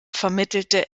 vermittelte